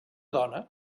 dona